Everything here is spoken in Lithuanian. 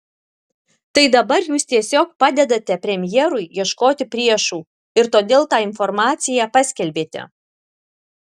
tai dabar jūs tiesiog padedate premjerui ieškoti priešų ir todėl tą informaciją paskelbėte